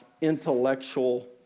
intellectual